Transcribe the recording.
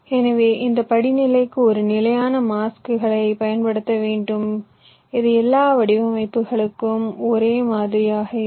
எனவே இந்த படிநிலைக்கு ஒரு நிலையான மாஸ்க்களைப் பயன்படுத்த வேண்டும் இது எல்லா வடிவமைப்புகளுக்கும் ஒரே மாதிரியாக இருக்கும்